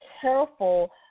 careful